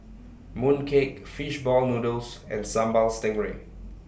Mooncake Fish Ball Noodles and Sambal Stingray